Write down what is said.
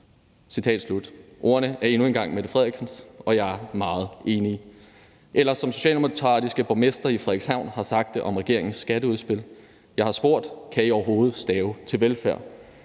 Ordene er endnu en gang Mette Frederiksens, og jeg er meget enig. Eller som den socialdemokratiske borgmester i Frederikshavn har sagt om regeringens skatteudspil: »Jeg har spurgt: Kan I overhovedet stave til velfærd?«